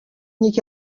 یکی